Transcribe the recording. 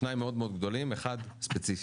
שניים מאוד גדולים, אחד ספציפי.